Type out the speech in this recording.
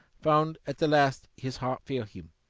found at the last his heart fail him,